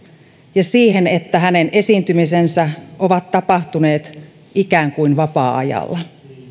ja siihen että hänen esiintymisensä ovat tapahtuneet ikään kuin vapaa ajalla